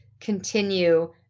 continue